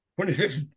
26